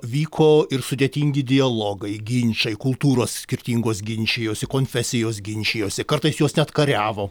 vyko ir sudėtingi dialogai ginčai kultūros skirtingos ginčijosi konfesijos ginčijosi kartais jos net kariavo